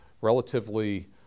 relatively